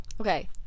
Okay